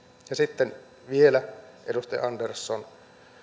ja sitten vielä edustaja andersson